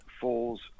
falls